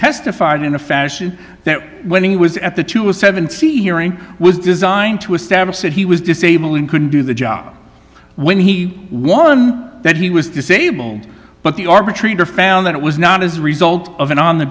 testified in a fashion that when he was at the to a seven c hearing was designed to establish that he was disabled and couldn't do the job when he won that he was disabled but the arbitrator found that it was not as a result of an on the